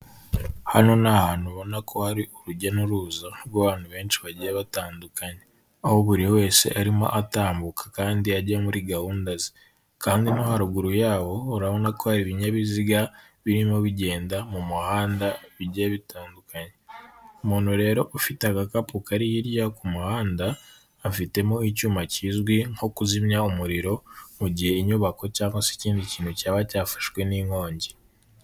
Hano ni ahantu ubona ko hari urujya n'uruza rw'abantu benshi bagiye batandukanye, aho buri wese arimo atambuka kandi ajya muri gahunda ze, kandi no haruguru yaho urabona ko hari ibinyabiziga birimo bigenda mu muhanda bigiye bitandukanye, umuntu rero ufite agakapu kari hirya yo ku muhanda, afitemo icyuma kizwi nko kuzimya umuriro mu gihe inyubako cyangwa se ikindi kintu cyaba cyafashwe n'inkongi.